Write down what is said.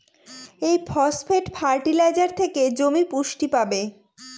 এই phosphate fertilizer থেকে জমি পুষ্টি পাবে